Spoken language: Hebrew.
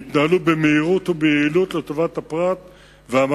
יתנהלו במהירות וביעילות לטובת הפרט ולטובת